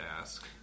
ask